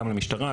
גם למשטרה,